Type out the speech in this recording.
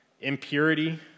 impurity